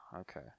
okay